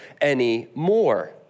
anymore